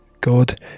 God